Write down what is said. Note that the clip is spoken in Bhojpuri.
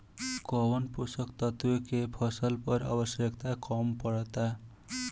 कौन पोषक तत्व के फसल पर आवशयक्ता कम पड़ता?